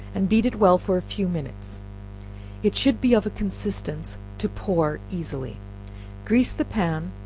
and beat it well for a few minutes it should be of a consistence to pour easily grease the pan,